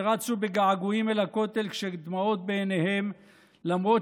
שרצו בגעגועים אל הכותל כשדמעות בעיניהם למרות